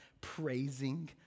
praising